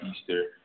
Easter